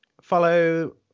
follow